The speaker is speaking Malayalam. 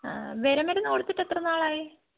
ആ വിര മരുന്ന് കൊടുത്തിട്ട് എത്ര നാളായി